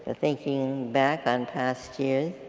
ah thinking back on past years,